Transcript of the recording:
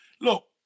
Look